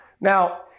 Now